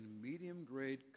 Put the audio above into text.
medium-grade